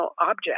object